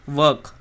work